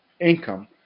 income